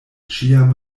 ĉiam